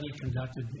conducted